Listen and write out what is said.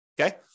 Okay